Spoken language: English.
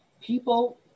people